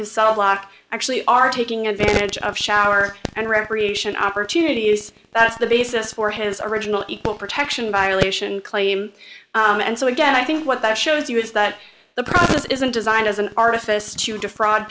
his cell block actually are taking advantage of shower and recreation opportunities that's the basis for his original equal protection violation claim and so again i think what that shows you is that the us isn't designed as an artist to defraud